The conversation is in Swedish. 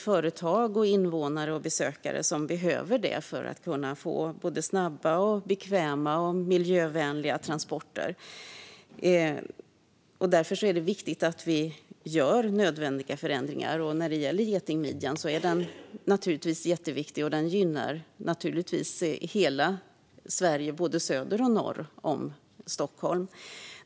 Företag, invånare och besökare behöver det för att få snabba, bekväma och miljövänliga transporter. Därför är det viktigt att vi gör nödvändiga förändringar. Getingmidjan är naturligtvis jätteviktig och gynnar hela Sverige, både söder och norr om Stockholm.